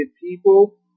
people